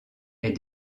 est